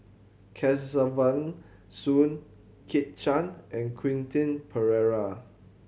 Kesavan Soon Kit Chan and Quentin Pereira